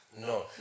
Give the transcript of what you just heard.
no